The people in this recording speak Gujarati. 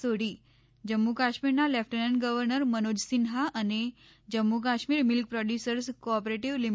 સોઢી જમ્મુ કાશ્મીરના લેફટેનન્ટ ગવર્નર મનોજસિન્હા અને Jammu Kashmir milk producers cooperative લિ